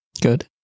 Good